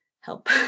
help